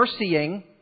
mercying